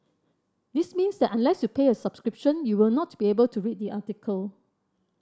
this means that unless you pay a subscription you will not be able to read the article